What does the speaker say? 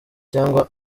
cyangwa